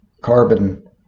carbon